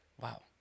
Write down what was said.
Wow